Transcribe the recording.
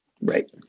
right